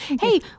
hey